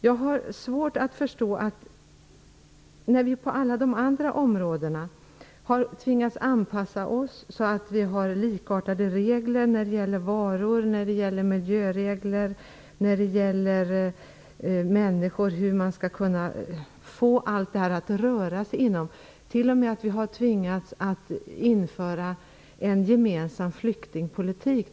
Jag har svårt att förstå det, när vi på alla andra områden tvingats anpassa oss till likartade regler vad gäller varor, miljöfrågor, rörlighet för människor osv. Vi har t.o.m. tvingats införa en gemensam flyktingpolitik.